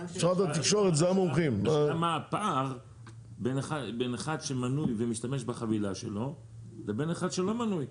גם הפער בין אחד שמנוי ומשתמש בחבילה שלו לבין אחד שלא מנוי.